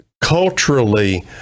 culturally